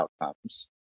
outcomes